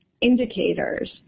indicators